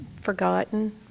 forgotten